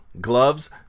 Gloves